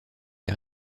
les